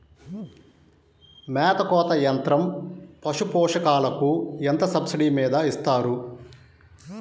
మేత కోత యంత్రం పశుపోషకాలకు ఎంత సబ్సిడీ మీద ఇస్తారు?